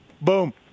Boom